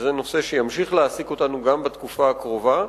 וזה נושא שימשיך להעסיק אותנו גם בתקופה הקרובה,